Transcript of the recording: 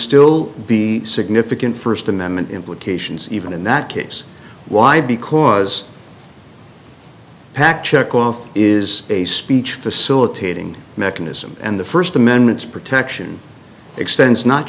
still be significant first amendment implications even in that case why because pact checkoff is a speech facilitating mechanism and the first amendment protection extends not